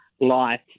life